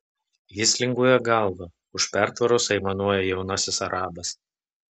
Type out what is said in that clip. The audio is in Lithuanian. jis linguoja galva už pertvaros aimanuoja jaunasis arabas